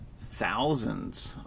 thousands